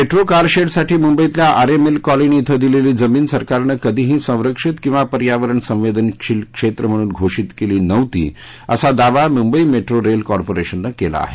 metro car shed साठी मुंबईतल्या Aarey milk colony क्षे दिलेली जमीन सरकारनं कधीही संरक्षित किवा पर्यावरण संवेदनशील क्षेत्र म्हणून घोषित केली नव्हती असा दावा मुंबई मेट्रो रेल कॉर्पोरेशननं केला आहे